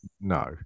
No